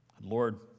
Lord